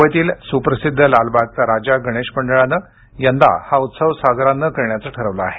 मुंबईतील सुप्रसिद्ध लालबागचा राजा गणेश मंडळानं यंदा हा उत्सव साजरा न करण्याचं ठरवलं आहे